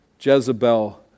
Jezebel